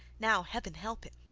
now heaven help him!